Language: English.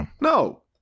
no